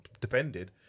defended